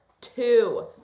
two